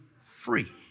free